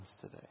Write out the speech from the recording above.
today